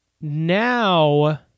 now